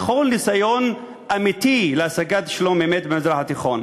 בכל ניסיון אמיתי להשגת שלום-אמת במזרח התיכון?